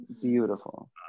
Beautiful